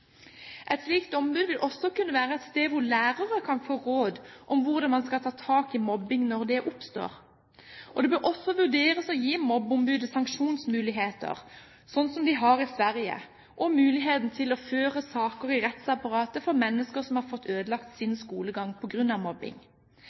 Et slikt ombud vil også kunne være et sted hvor lærere kan få råd om hvordan man skal ta tak i mobbing når det oppstår. Det bør også vurderes å gi mobbeombudet sanksjonsmuligheter, sånn som de har i Sverige, og mulighet til å føre saker i rettsapparatet for mennesker som har fått ødelagt sin